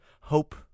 hope